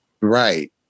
Right